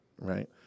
right